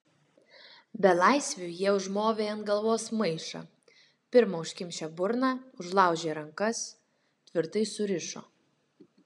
belaisviui jie užmovė ant galvos maišą pirma užkimšę burną užlaužė rankas tvirtai surišo